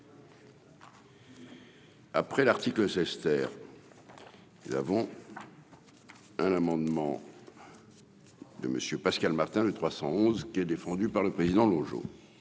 Après l'article, Esther, nous avons un amendement. De monsieur Pascal Martin de 311 qui est défendue par le président Lo'Jo.